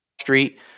Street